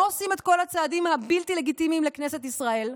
לא עושים את כל הצעדים הבלתי-לגיטימיים לכנסת ישראל,